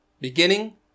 beginning